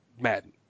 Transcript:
Madden